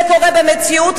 זה קורה במציאות,